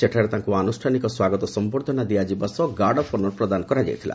ସେଠାରେ ତାଙ୍କୁ ଆନୁଷ୍ଠାନିକ ସ୍ୱାଗତ ସମ୍ଭର୍ଦ୍ଧନା ଦିଆଯିବା ସହ ଗାର୍ଡ ଅଫ୍ ଅନର ପ୍ରଦାନ କରାଯାଇଥିଲା